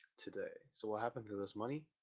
today. so what happened to this money?